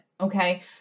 okay